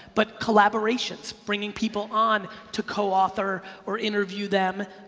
but collaborations, bringing people on to co author or interview them,